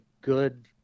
good